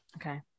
Okay